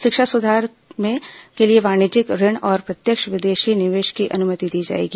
शिक्षा क्षेत्र में सुधार के लिए वाणिज्यिक ऋण और प्रत्यक्ष विदेशी निवेश की अनुमति दी जाएगी